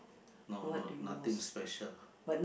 no no nothing special